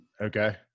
Okay